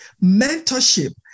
mentorship